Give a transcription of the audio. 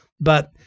but-